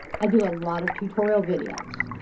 i do a lot of tutorial videos.